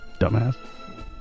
Dumbass